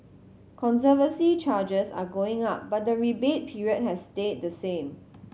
conservancy charges are going up but the rebate period has stayed the same